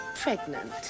pregnant